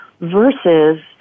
versus